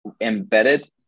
embedded